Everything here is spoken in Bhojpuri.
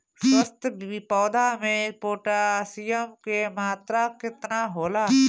स्वस्थ पौधा मे पोटासियम कि मात्रा कितना होला?